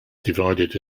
divided